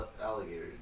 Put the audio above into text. alligators